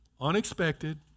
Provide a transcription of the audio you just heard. Unexpected